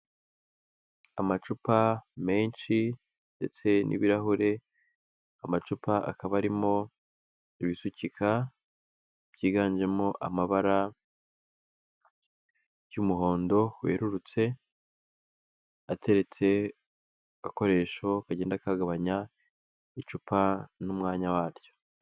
Amacupa menshi ndetse n'ibirahure, amacupa akaba arimo ibisukika byiganjemo amabara ry'umuhondo werurutse, ateretse ku gakoresho kagenda kagabanya icupa n'umwanya waryo.